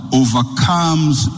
overcomes